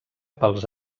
pels